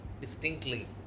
distinctly